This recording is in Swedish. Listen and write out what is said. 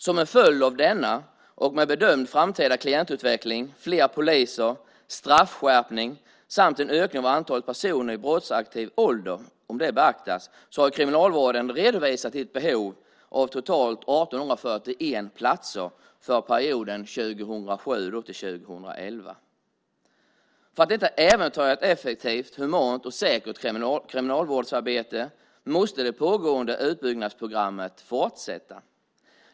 Som en följd av denna och med bedömd framtida klientutveckling, fler poliser, straffskärpning samt en ökning av antalet personer i brottsaktiv ålder har Kriminalvården redovisat ett behov av totalt 1 841 platser för perioden 2007-2011. För att inte äventyra ett effektivt, humant och säkert kriminalvårdsarbete måste det pågående utbyggnadsprogrammet fortsätta.